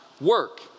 work